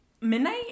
midnight